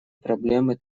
проблемы